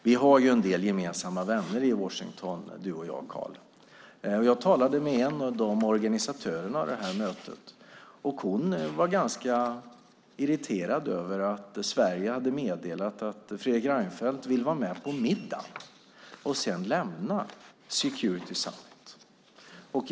Vi har ju en del gemensamma vänner i Washington du och jag, Carl. Jag talade med en av organisatörerna av det här mötet. Hon var ganska irriterad över att Sverige hade meddelat att Fredrik Reinfeldt ville vara med på middagen och sedan lämna Security Summit.